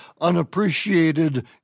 unappreciated